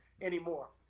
anymore